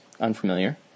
Unfamiliar